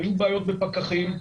היו בעיות עם פקחים.